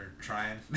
trying